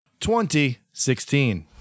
2016